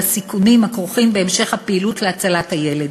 הסיכונים הכרוכים בהמשך הפעילות להצלת הילד.